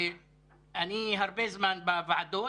אני הרבה זמן בוועדות